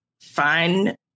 fine